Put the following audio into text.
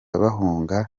bahunga